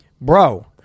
bro